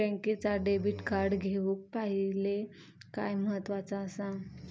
बँकेचा debit card घेउक पाहिले काय महत्वाचा असा?